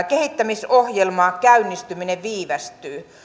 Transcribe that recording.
kehittämisohjelman käynnistyminen viivästyy